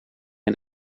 een